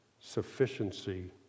sufficiency